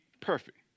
perfect